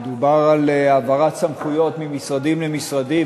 דובר על העברת סמכויות ממשרדים למשרדים,